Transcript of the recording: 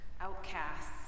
Outcasts